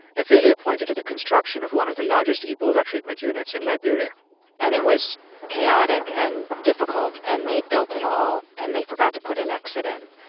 athalia pointed to the construction of one of the largest ebola treatment units in liberia and it was chaotic and difficult, and they built it all and they forgot to put an exit in.